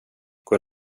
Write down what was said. god